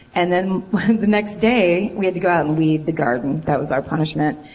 and then the next day, we had to go out and weed the garden. that was our punishment.